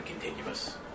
continuous